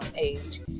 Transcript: age